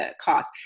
cost